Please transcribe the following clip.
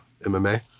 MMA